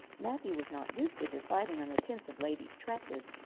matthew was not used to deciding on the tints of ladies' tresses,